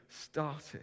started